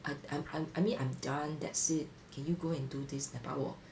I'm I'm I'm I mean I'm done that's it can you go do this and 把我